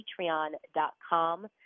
Patreon.com